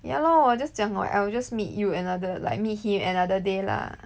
ya lor I will just 讲 like I will just meet you another like meet him another day lah